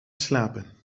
slapen